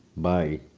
by,